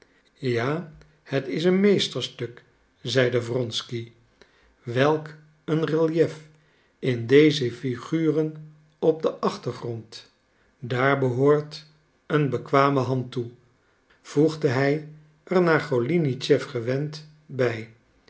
ja het is een meesterstuk zeide wronsky welk een reliëf in deze figuren op den achtergrond daar behoort een bekwame hand toe voegde hij er naar golinitschef gewend bij